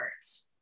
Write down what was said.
words